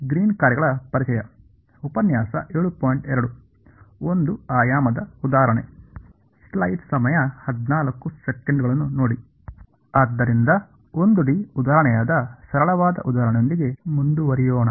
ಆದ್ದರಿಂದ 1 ಡಿ ಉದಾಹರಣೆಯಾದ ಸರಳವಾದ ಉದಾಹರಣೆಯೊಂದಿಗೆ ಮುಂದುವರಿಯೋಣ